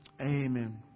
Amen